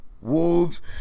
Wolves